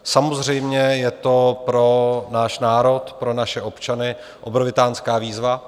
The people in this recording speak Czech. Samozřejmě je to pro náš národ, pro naše občany, obrovitánská výzva.